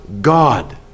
God